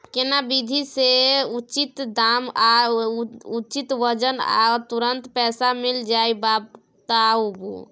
केना विधी से उचित दाम आ उचित वजन आ तुरंत पैसा मिल जाय बताबू?